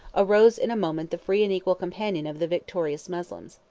arose in a moment the free and equal companion of the victorious moslems.